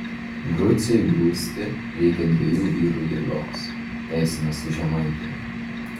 grucei grūsti reikia dviejų vyrų jėgos teisinosi žemaitė